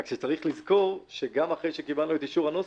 רק שיש לזכור שגם אחרי שקיבלנו את אישור הנוסח,